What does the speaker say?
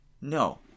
No